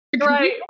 right